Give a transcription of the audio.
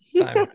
time